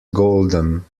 golden